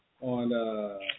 on